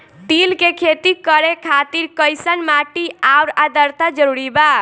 तिल के खेती करे खातिर कइसन माटी आउर आद्रता जरूरी बा?